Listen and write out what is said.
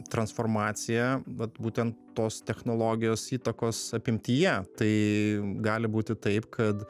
transformacija vat būten tos technologijos įtakos apimtyje tai gali būti taip kad